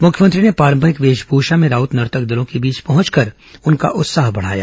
मुख्यमंत्री ने पारंपरिक वेशभूषा में राउत नर्तक दलों के बीच पहुंचकर उनका उत्साह बढ़ाया